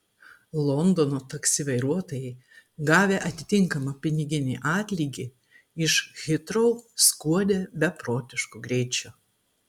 londono taksi vairuotojai gavę atitinkamą piniginį atlygį iš hitrou skuodė beprotišku greičiu